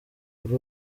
kuri